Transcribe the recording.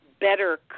better